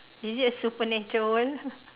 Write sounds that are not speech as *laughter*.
is it a supernatural world *laughs*